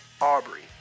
Aubrey